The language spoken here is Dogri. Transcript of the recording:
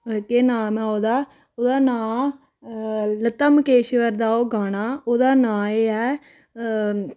केह् नाम ऐ ओह्दा ओह्दा नांऽ लता मंगेशकर दा ओह् गाना ओह्दा नांऽ एह् ऐ